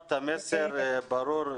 תודה רבה, העברת את המסר באופן ברור,